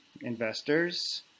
investors